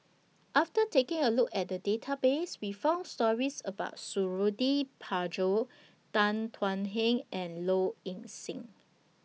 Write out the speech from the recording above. after taking A Look At The Database We found stories about Suradi Parjo Tan Thuan Heng and Low Ing Sing